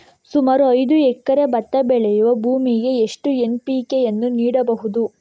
ಸುಮಾರು ಐದು ಎಕರೆ ಭತ್ತ ಬೆಳೆಯುವ ಭೂಮಿಗೆ ಎಷ್ಟು ಎನ್.ಪಿ.ಕೆ ಯನ್ನು ನೀಡಬಹುದು?